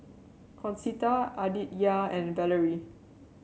Concetta Aditya and Vallie